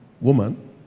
woman